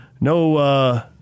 No